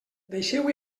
deixeu